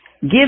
give